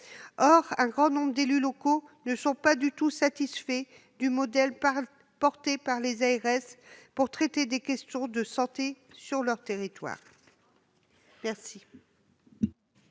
qu'un grand nombre d'entre eux n'est pas du tout satisfait du modèle soutenu par les ARS pour traiter des questions de santé sur ce même territoire.